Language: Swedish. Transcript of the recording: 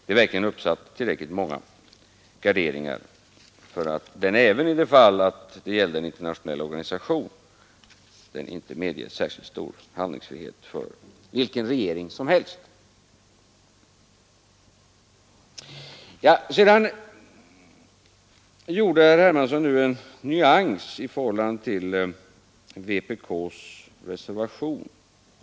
Det finns verkligen tillräckligt många garderingar för att denna bestämmelse, även i de fall det gäller en internationell organisation där Sverige är medlem, inte kommer att ge särskilt stor handlingsfrihet för vilken regering vi än må ha Sedan gjorde herr Hermansson en nyansering i förhållande till vpk:s motion.